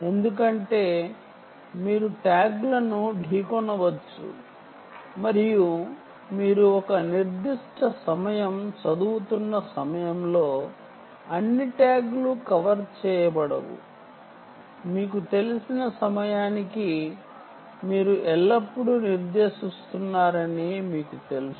ఎందుకంటే ట్యాగ్లు ఢీకొనవచ్చు మరియు మీరు చదువుతున్న ఒక నిర్దిష్ట సమయంలో అన్ని ట్యాగ్లు కవర్ చేయబడవు మీకు తెలిసిన సమయానికి మీరు ఎల్లప్పుడూ నిర్దేశిస్తున్నారని మీకు తెలుసు